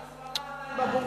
דרך אגב, נסראללה עדיין בבונקר.